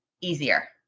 easier